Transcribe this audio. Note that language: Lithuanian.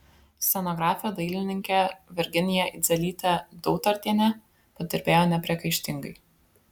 scenografė dailininkė virginija idzelytė dautartienė padirbėjo nepriekaištingai